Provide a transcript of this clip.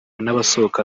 n’abasohoka